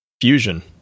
Fusion